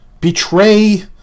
betray